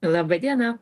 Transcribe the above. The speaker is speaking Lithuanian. laba diena